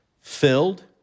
filled